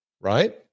right